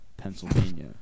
Pennsylvania